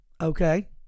Okay